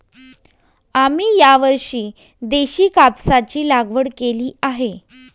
आम्ही यावर्षी देशी कापसाची लागवड केली आहे